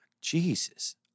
Jesus